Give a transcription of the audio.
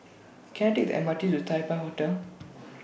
Can I Take The M R T to Taipei Hotel